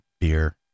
beer